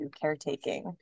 caretaking